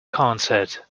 concert